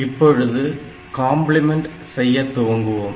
இப்பொழுது கம்பிளிமென்ட் செய்யத் துவங்குவோம்